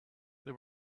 they